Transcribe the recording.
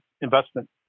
investment